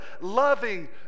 loving